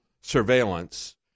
surveillance